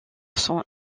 son